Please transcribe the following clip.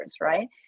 right